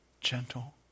gentle